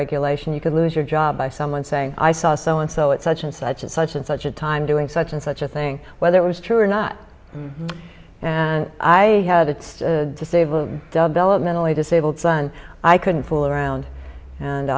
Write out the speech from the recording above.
regulation you could lose your job by someone saying i saw so and so it such and such and such and such a time doing such and such a thing whether it was true or not and i had it's to save a dub elop mentally disabled son i couldn't fool around and